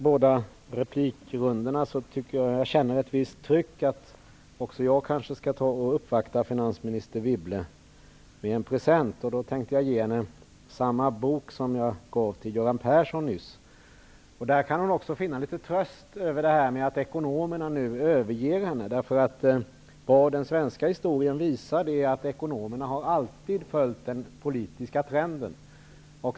Herr talman! Efter dessa båda replikrundor känner också jag ett visst tryck att uppvakta finansminister Wibble med en present, och då tänker jag ge henne samma bok som jag gav Göran Persson nyss. Där kan hon finna tröst mot det faktum att ekonomerna nu överger henne. Den svenska historien visar att ekonomerna alltid har följt den politiska trenden.